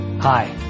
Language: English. Hi